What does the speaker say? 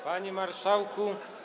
Panie Marszałku!